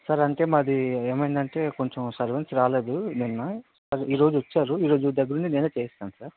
sir అంటే మాది ఏమైందంటే కొంచెం సర్వెంట్స్ రాలేదు నిన్న ఈరోజు వచ్చారు ఈరోజు దగ్గరుండి నేనే చేయిస్తాను సార్